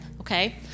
okay